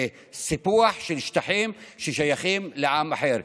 זה סיפוח של שטחים ששייכים לעם אחר.